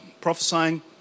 prophesying